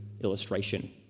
illustration